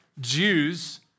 Jews